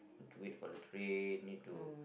to wait for the train need to